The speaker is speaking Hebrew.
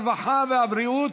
הרווחה והבריאות,